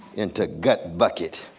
into gut bucket,